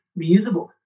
reusable